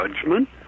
judgment